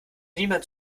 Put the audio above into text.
niemandem